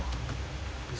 it's okay